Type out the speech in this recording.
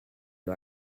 you